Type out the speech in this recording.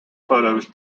photos